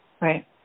Right